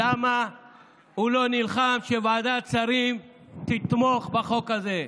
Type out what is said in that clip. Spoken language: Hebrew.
למה הוא לא נלחם על כך שוועדת השרים תתמוך בחוק הזה?